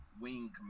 wing